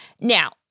Now